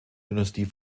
dynastie